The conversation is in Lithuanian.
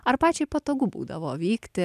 ar pačiai patogu būdavo vykti